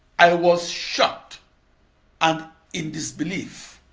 i was shocked and in disbelief